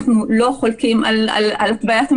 אנחנו לא חולקים על התוויית המדיניות.